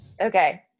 Okay